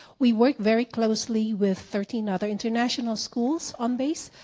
we work very closely with thirteen other international schools on base,